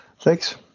thanks